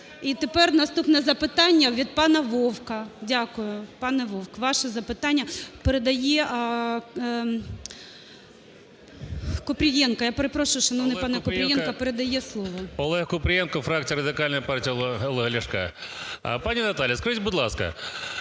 І тепер наступне запитання від пана Вовка. Дякую. Пане Вовк, ваше запитання. Передає Купрієнко, я перепрошую, шановний пане Купрієнко, передає слово. 16:53:16 КУПРІЄНКО О.В. Олег Купрієнко, фракція Радикальної партії Олега Ляшка. Пані Наталя, скажіть, будь ласка,